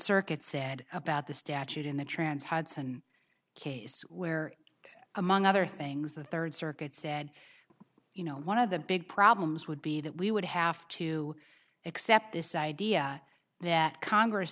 circuit said about the statute in the trans hudson case where among other things the third circuit said you know one of the big problems would be that we would have to accept this idea that congress